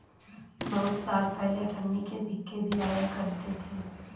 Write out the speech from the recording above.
बहुत साल पहले अठन्नी के सिक्के भी आया करते थे